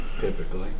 typically